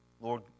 Lord